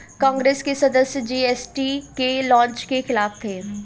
कांग्रेस के सदस्य जी.एस.टी के लॉन्च के खिलाफ थे